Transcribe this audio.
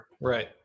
Right